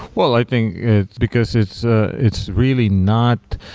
well, i think because it's ah it's really not